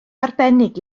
arbennig